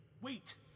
Wait